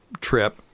trip